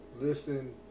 listen